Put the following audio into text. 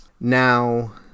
now